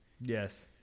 Yes